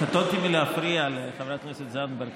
קטנותי מלהפריע לחברת הכנסת זנדברג